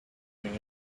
doing